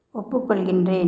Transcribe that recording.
ஒப்புக்கொள்கின்றேன்